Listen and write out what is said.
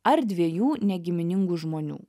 ar dviejų negiminingų žmonių